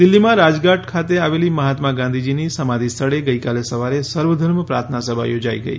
દિલ્હીમાં રાજઘાટ ખાતે આવેલી મહાત્મા ગાંધીજીની સમાધી સ્થળે ગઇકાલે સવારે સર્વધર્મ પ્રાર્થના સભા યોજાઈ ગઈ